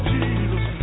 Jesus